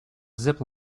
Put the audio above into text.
zip